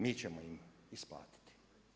Mi ćemo im isplatiti.